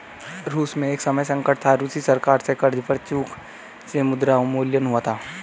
रूस में एक समय संकट था, रूसी सरकार से कर्ज पर चूक से मुद्रा अवमूल्यन हुआ था